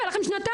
היו לכם שנתיים.